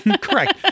Correct